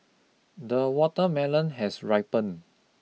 the watermelon has ripened